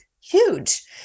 huge